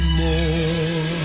more